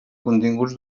continguts